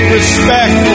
respect